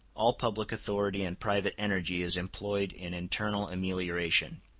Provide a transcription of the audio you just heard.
all public authority and private energy is employed in internal amelioration.